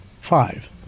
five